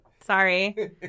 Sorry